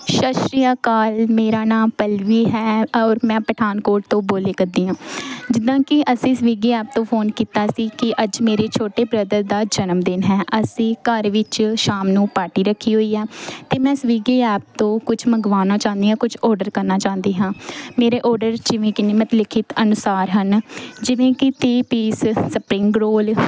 ਸਤਿ ਸ਼੍ਰੀ ਅਕਾਲ ਮੇਰਾ ਨਾਮ ਪੱਲਵੀ ਹੈ ਔਰ ਮੈਂ ਪਠਾਨਕੋਟ ਤੋਂ ਬੋਲਿਆ ਕਰਦੀ ਹਾਂ ਜਿੱਦਾਂ ਕਿ ਅਸੀਂ ਸਵੀਗੀ ਐਪ ਤੋਂ ਫ਼ੋਨ ਕੀਤਾ ਸੀ ਕਿ ਅੱਜ ਮੇਰੇ ਛੋਟੇ ਬ੍ਰਦਰ ਦਾ ਜਨਮਦਿਨ ਹੈ ਅਸੀਂ ਘਰ ਵਿੱਚ ਸ਼ਾਮ ਨੂੰ ਪਾਰਟੀ ਰੱਖੀ ਹੋਈ ਆ ਅਤੇ ਮੈਂ ਸਵੀਗੀ ਐਪ ਤੋਂ ਕੁਝ ਮੰਗਵਾਉਣਾ ਚਾਹੁੰਦੀ ਹਾਂ ਕੁਝ ਔਰਡਰ ਕਰਨਾ ਚਾਹੁੰਦੀ ਹਾਂ ਮੇਰੇ ਔਰਡਰ ਜਿਵੇਂ ਕਿ ਨਿਮਨਲਿਖਤ ਅਨੁਸਾਰ ਹਨ ਜਿਵੇਂ ਕਿ ਤੀਹ ਪੀਸ ਸਪਿੰਗ ਰੋਲ